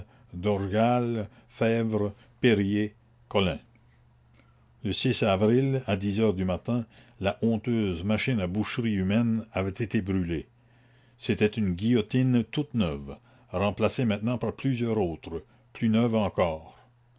aivre érier olin a ommune e avril à dix heures du matin la honteuse machine à boucherie humaine avait été brûlée c'était une guillotine toute neuve remplacée maintenant par plusieurs autres plus neuves encore